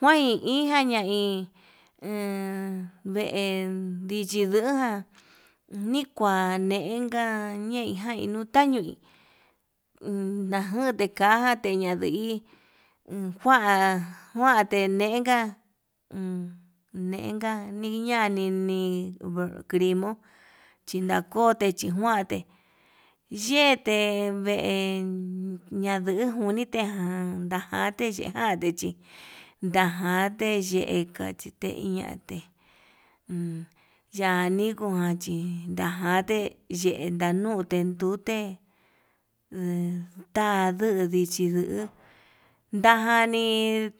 Njuain inka ñain vee ndichi luuján nikua ñenka nei jai nuta ñui, enñajute kaja nduña ndii uun njuan njuan tenenka unenka niñani ñii volcrimo chinakote chinjuante, yee te ven ñajuniti jan ndajate jante chí ndajte yekate kuchein ñate yanijuan chí, ndajate yee yanute endute ta'a nduu ndichi luu ndajani